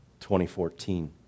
2014